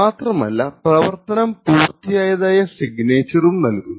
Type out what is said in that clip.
മാത്രമല്ല പ്രവർത്തനം പൂർത്തിയായതായി സിഗ്നേച്ചറും നൽകുന്നു